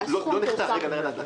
לא נחתם ולא פורסם.